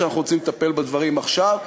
או שאנחנו רוצים לטפל בדברים עכשיו?